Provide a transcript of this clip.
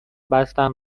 بستم